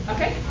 Okay